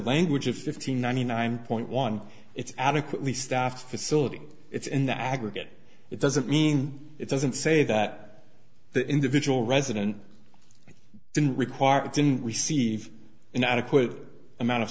language of fifteen ninety nine point one it's adequately staffed facility it's in the aggregate it doesn't mean it doesn't say that the individual resident didn't require it didn't receive an adequate amount of